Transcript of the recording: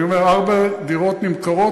אני אומר: ארבע דירות נמכרות,